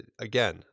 again